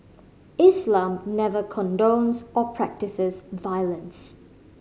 Islam never condones or practises violence